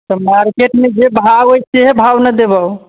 मार्केटमे जे भाव हइ सएह भाव ने देबौ